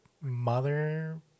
mother